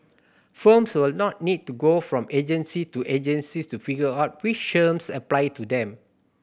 firms will not need to go from agency to agency to figure out which schemes apply to them